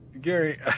Gary